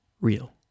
real